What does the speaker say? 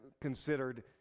considered